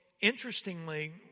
interestingly